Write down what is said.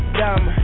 dumb